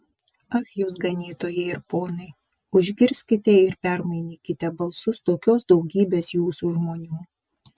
ach jūs ganytojai ir ponai užgirskite ir permainykite balsus tokios daugybės jūsų žmonių